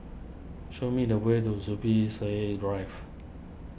show me the way to Zubir Said Drive